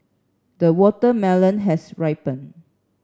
the watermelon has ripened